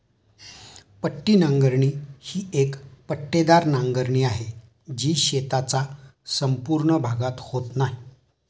पट्टी नांगरणी ही एक पट्टेदार नांगरणी आहे, जी शेताचा संपूर्ण भागात होत नाही